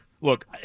look